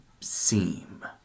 seem